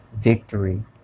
victory